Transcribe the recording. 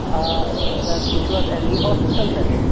آ سَر تُہی چھُو حظ اٮ۪ل ڈی ہاسپِٹل پٮ۪ٹھ